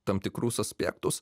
tam tikrus aspektus